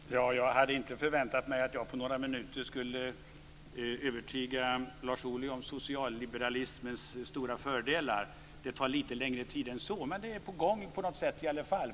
Fru talman! Jag hade inte förväntat mig att jag på några minuter skulle övertyga Lars Ohly om socialliberalismens stora fördelar. Det tar lite längre tid än så. Men det är på gång på något sätt i alla fall.